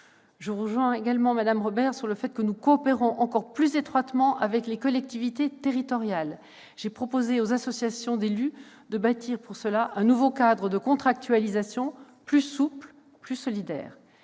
les associations. Madame Robert, nous coopérerons encore plus étroitement avec les collectivités territoriales : j'ai proposé aux associations d'élus de bâtir pour cela un nouveau cadre de contractualisation plus souple et plus solidaire.